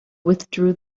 withdrew